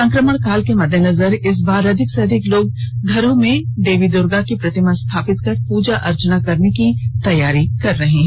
संक्रमण काल के मद्देनजर इस बार अधिक से अधिक लोग घरो में माँ दुर्गा की प्रतिमा स्थापित कर प्रजा अर्चना करने की तैयारी कर रहे हैं